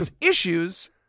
issues